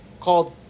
called